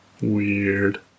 weird